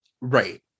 Right